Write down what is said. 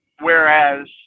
Whereas